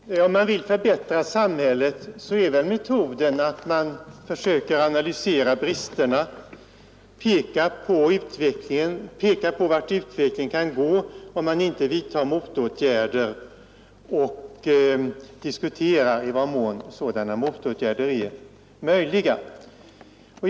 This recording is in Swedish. Herr talman! Om man vill förbättra samhället är väl metoden att man försöker analysera bristerna, peka på vart utvecklingen kan gå, om man inte vidtar motåtgärder, och diskutera i vad mån sådana motåtgärder är möjliga.